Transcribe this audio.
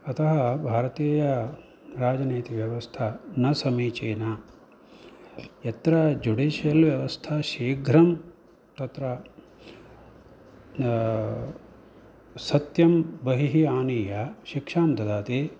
अतः भारतीयराजनीतिव्यवस्था न समीचीना यत्र जुडिशियल् व्यवस्था शीघ्रं तत्र सत्यं बहिः आनीय शिक्षां ददाति